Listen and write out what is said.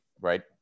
right